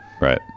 Right